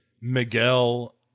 Miguel